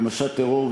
במשט טרור,